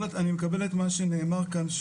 אני מקבל את מה שנאמר כאן,